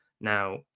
now